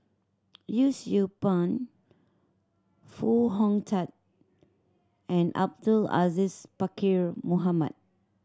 Yee Siew Pun Foo Hong Tatt and Abdul Aziz Pakkeer Mohamed